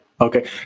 okay